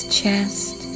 chest